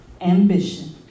ambition